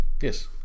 yes